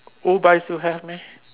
oBike still have meh